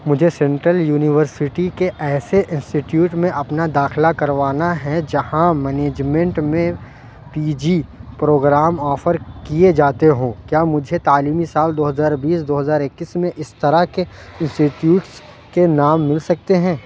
مجھے central university کے ایسے انسٹیٹیوٹ میں اپنا داخلہ کروانا ہے جہاں مینجمنٹ میں پی جی پروگرام آفر کیے جاتے ہوں کیا مجھے تعلیمی سال دو ہزار بیس دو ہزار اکیس میں اس طرح کے انسٹیٹیوٹس کے نام مل سکتے ہیں